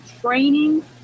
training